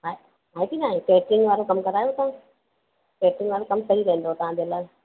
आहे आहे की न आहे कैटरिंग वारो कम करायो तव्हां कैटरिंग वारो कम सही रहंदव तव्हांजे लाइ